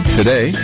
today